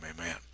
Amen